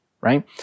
right